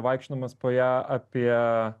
vaikščiodamas po ją apie